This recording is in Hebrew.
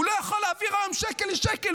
הוא לא יכול להעביר היום שקל לשקל,